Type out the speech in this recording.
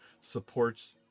supports